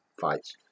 fights